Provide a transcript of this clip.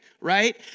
right